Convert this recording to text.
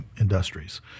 industries